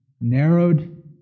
narrowed